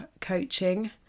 coaching